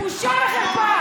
בבקשה.